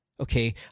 Okay